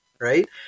right